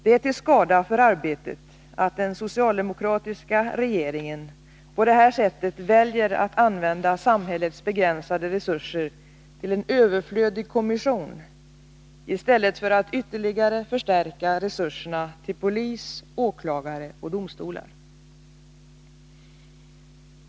Det är till skada för arbetet att den socialdemokratiska regeringen på det här sättet väljer att använda samhällets begränsade resurser till en överflödig kommission i stället för att ytterligare förstärka resurserna till polis, åklagare och domstolar.